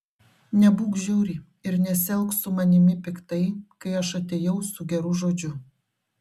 nebūk žiauri ir nesielk su manimi piktai kai aš atėjau su geru žodžiu